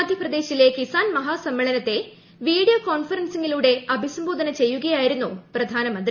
മധ്യപ്രദേശിലെ കിസാൻ മഹാസമ്മേളനത്തെ വീഡിയോ കോൺഫെറൻസിലൂടെ അഭിസംബോധന ചെയ്യുകയായിരുന്നു പ്രധാനമന്ത്രി